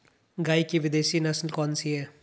गाय की विदेशी नस्ल कौन सी है?